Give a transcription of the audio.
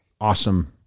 awesome